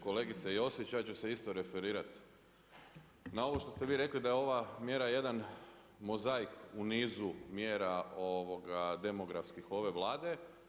Kolegice Josić, ja ću se isto referirat na ovo što ste vi rekli, da je ova mjera jedna mozaik u nizu mjera, ovoga demografskih ove Vlade.